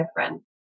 different